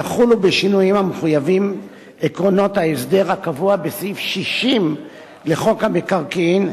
יחולו בשינויים המחויבים עקרונות ההסדר הקבוע בסעיף 60 לחוק המקרקעין,